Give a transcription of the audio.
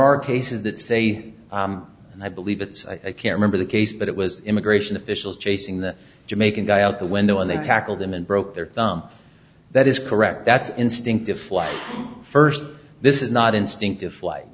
are cases that say and i believe it's i can't remember the case but it was immigration officials chasing the jamaican guy out the window and they tackled him and broke their thumb that is correct that's instinctive first this is not instinctive flight